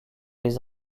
les